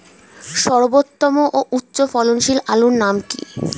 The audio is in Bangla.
সর্বোত্তম ও উচ্চ ফলনশীল আলুর নাম কি?